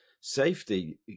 safety